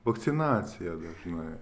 vakcinaciją dažnai